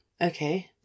Okay